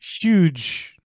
huge